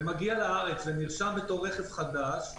ומגיע לארץ ונרשם בתור רכב חדש,